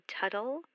Tuttle